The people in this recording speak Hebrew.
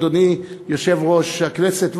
אדוני יושב-ראש הכנסת,